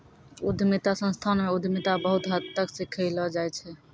उद्यमिता संस्थान म उद्यमिता बहुत हद तक सिखैलो जाय छै